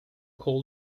cool